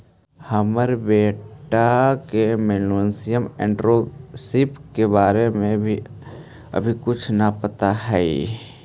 हमर बेटा के मिलेनियल एंटेरप्रेन्योरशिप के बारे में अभी कुछो न पता हई